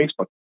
facebook